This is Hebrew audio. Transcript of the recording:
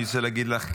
אני רוצה להגיד לך,